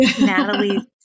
Natalie